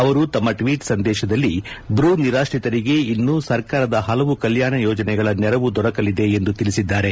ಅವರು ತಮ್ಮ ಟ್ವೀಟ್ ಸಂದೇಶದಲ್ಲಿ ಬ್ರೂ ನಿರಾಶ್ರಿತರಿಗೆ ಇನ್ನು ಸರ್ಕಾರದ ಹಲವು ಕಲ್ಯಾಣ ಯೋಜನೆಗಳ ನೆರವು ದೊರಕಲಿದೆ ಎಂದು ತಿಳಿಸಿದ್ದಾರೆ